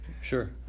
Sure